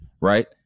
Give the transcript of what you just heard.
Right